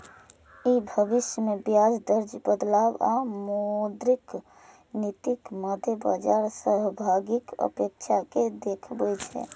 ई भविष्य मे ब्याज दर बदलाव आ मौद्रिक नीतिक मादे बाजार सहभागीक अपेक्षा कें देखबै छै